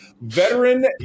veteran